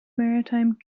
maritime